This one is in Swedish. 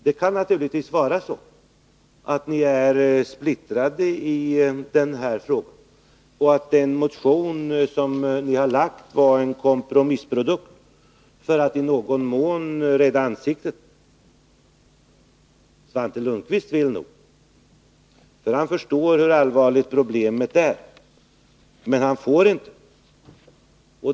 Det kan naturligtvis vara så, att ni är splittrade i denna fråga och att den motion som ni väckte var en kompromissprodukt för att i någon mån rädda ansiktet. Svante Lundkvist vill nog, för han förstår hur allvarligt problemet Nr 152 är, men han får inte.